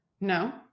No